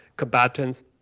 combatants